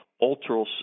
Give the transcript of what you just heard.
ultra